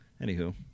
Anywho